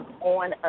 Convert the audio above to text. on